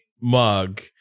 mug